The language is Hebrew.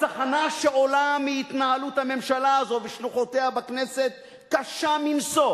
הצחנה שעולה מהתנהלות הממשלה הזאת ושלוחותיה בכנסת קשה מנשוא